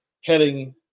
heading